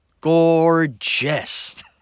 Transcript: Gorgeous